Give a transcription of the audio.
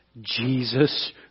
Jesus